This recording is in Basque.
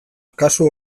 kasu